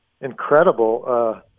incredible